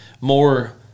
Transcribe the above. more